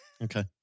Okay